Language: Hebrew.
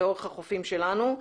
לאורך החופים שלנו,